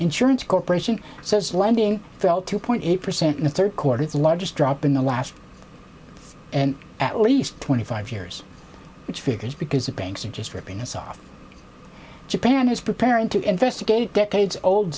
insurance corporation says lending fell two point eight percent in the third quarter its largest drop in the last at least twenty five years which figures because the banks are just ripping us off japan is preparing to investigate decades old